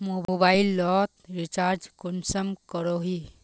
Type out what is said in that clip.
Mobile लोत recharge कुंसम करोही?